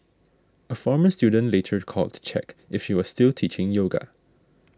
a former student later called to check if she was still teaching yoga